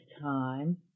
time